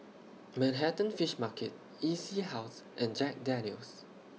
Manhattan Fish Market E C House and Jack Daniel's